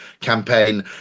campaign